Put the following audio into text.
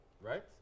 right